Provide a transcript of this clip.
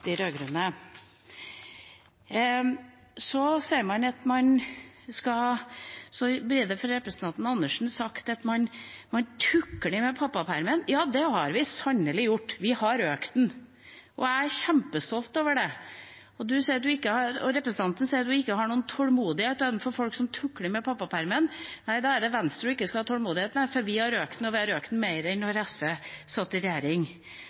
de rød-grønne. Det blir fra representanten Karin Andersen sagt at man «tukler» med pappapermen. Ja, det har vi sannelig gjort – vi har økt den, og jeg er kjempestolt over det! Representanten Karin Andersen sier at hun ikke har noen tålmodighet med folk som tukler med pappapermen. Nei, da er det Venstre hun ikke skal ha tålmodighet med, for vi har økt den, og vi har økt den mer enn da SV satt i regjering.